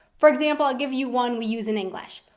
for example, i'll give you one we use in english.